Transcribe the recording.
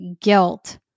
guilt